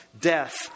death